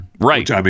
Right